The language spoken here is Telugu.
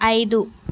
ఐదు